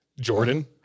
Jordan